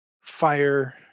fire